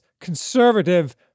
conservative